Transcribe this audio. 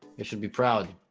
it should be proud